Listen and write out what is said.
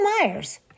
Myers